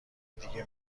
دیگه